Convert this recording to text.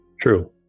True